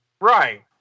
Right